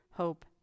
hope